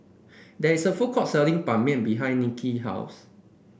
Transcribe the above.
there is a food court selling Ban Mian behind Niki house